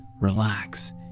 relax